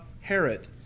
Herod